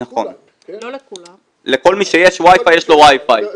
לכל מי שיש וייפיי יש לו וייפיי,